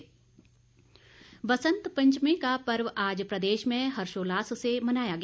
बसंत पंचमी बसंत पंचमी का पर्व आज प्रदेश में हर्षोल्लास से मनाया गया